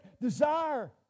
desire